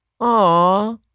Aw